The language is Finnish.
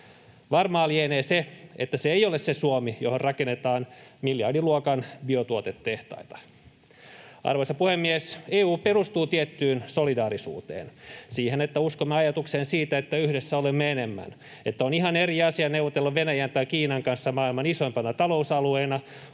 Varmaa lienee se, että se ei ole se Suomi, johon rakennetaan miljardiluokan biotuotetehtaita. Arvoisa puhemies! EU perustuu tiettyyn solidaarisuuteen, siihen, että uskomme ajatukseen siitä, että yhdessä olemme enemmän, että on ihan eri asia neuvotella Venäjän tai Kiinan kanssa maailman isoimpana talousalueena